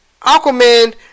Aquaman